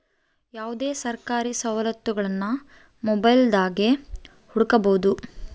ಯಾವುದೇ ಸರ್ಕಾರಿ ಸವಲತ್ತುಗುಳ್ನ ಮೊಬೈಲ್ದಾಗೆ ಹುಡುಕಬೊದು